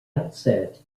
outset